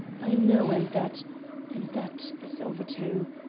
i know, and that and that is over too.